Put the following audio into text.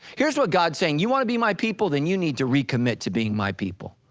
here's what god's saying you wanna be my people, then you need to recommit to being my people.